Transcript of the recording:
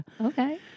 Okay